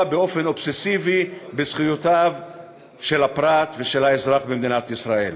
באופן אובססיבי בזכויות הפרט והאזרח במדינת ישראל.